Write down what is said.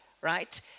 right